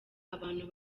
abantu